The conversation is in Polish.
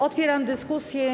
Otwieram dyskusję.